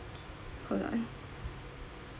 okay hold on